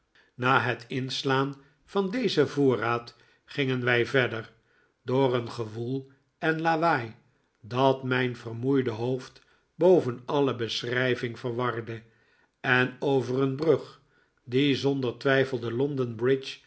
na het inslaan van dezen voorraad gingen wij verder door een gewoel en lawaai dat mijn vermoeide hoofd boven alle beschrijving verwarde en over een brug die zonder twijfel de